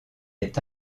est